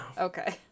Okay